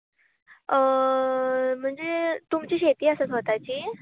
म्हणचे तुमची शेती आसा स्वताची